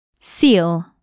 Seal